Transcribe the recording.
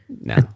No